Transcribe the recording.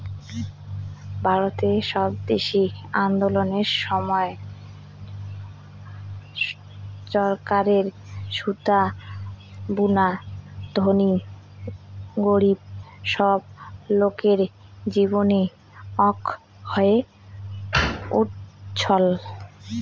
ভারতের স্বদেশি আন্দোলনের সময়ত চরকারে সুতা বুনা ধনী গরীব সব লোকের জীবনের অঙ্গ হয়ে উঠছল